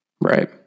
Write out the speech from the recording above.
Right